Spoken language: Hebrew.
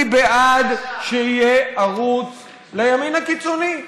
אני בעד שיהיה ערוץ לימין הקיצוני.